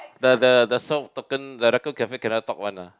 the the the the raccoon cafe cannot talk one ah